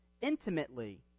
intimately